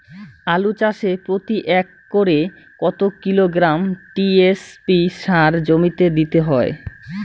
আলু চাষে প্রতি একরে কত কিলোগ্রাম টি.এস.পি সার জমিতে দিতে হয়?